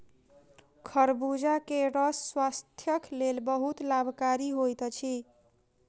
खरबूजा के रस स्वास्थक लेल बहुत लाभकारी होइत अछि